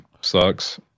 sucks